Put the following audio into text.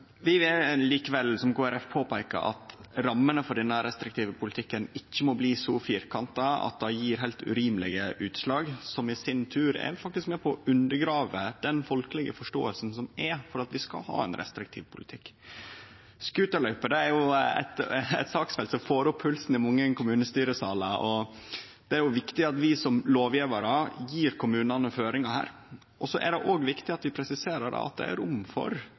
Vi vil likevel, som Kristeleg Folkeparti peiker på, at rammene for denne restriktive politikken ikkje må bli så firkanta at det gjev heilt urimelege utslag, som i sin tur faktisk vil vere med på å undergrave den folkelege forståinga som er for at vi skal ha ein restriktiv politikk. Scooterløyper er eit saksfelt som får opp pulsen i mange kommunestyresalar. Det er viktig at vi som lovgjevarar gjev kommunane føringar her. Så er det viktig at vi presiserer at det er rom for